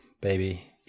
baby